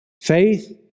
Faith